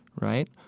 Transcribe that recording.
right?